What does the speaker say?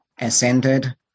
ascended